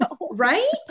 Right